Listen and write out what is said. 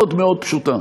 מאוד מאוד פשוטה.